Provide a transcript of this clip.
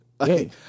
Okay